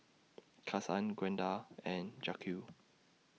Kasen Gwenda and Jacque